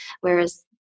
whereas